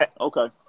Okay